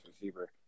receiver